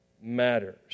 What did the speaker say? matters